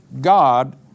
God